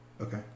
Okay